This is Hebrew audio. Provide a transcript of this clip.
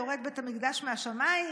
יורד בית המקדש מהשמיים,